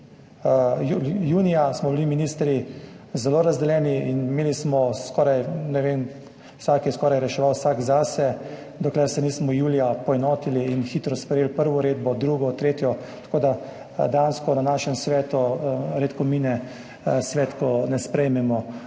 Junija smo bili ministri zelo razdeljeni in imeli smo skoraj, ne vem, skoraj vsak je reševal zase, dokler se nismo julija poenotili in hitro sprejeli prvo uredbo, drugo, tretjo, tako da dejansko redko mine naš svet, ko ne sprejmemo